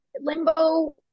limbo